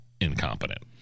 incompetent